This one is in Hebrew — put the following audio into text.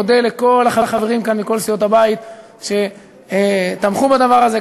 אני מודה לכל החברים כאן מכל סיעות הבית שתמכו בדבר הזה,